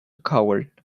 coward